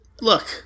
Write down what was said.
Look